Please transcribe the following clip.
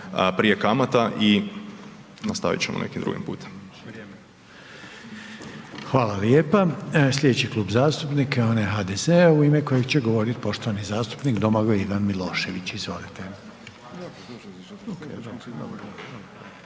Vrijeme/… i nastavit ćemo nekim drugim putem. **Reiner, Željko (HDZ)** Hvala lijepa. Slijedeći Klub zastupnika je onaj HDZ-a u ime kojeg će govorit poštovani zastupnik Domagoj Ivan Milošević, izvolite.